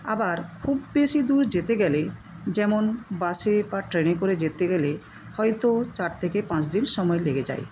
আবার খুব বেশি দূর যেতে গেলে যেমন বাসে বা ট্রেনে করে যেতে গেলে হয়তো চার থেকে পাঁচ দিন সময় লেগে যায়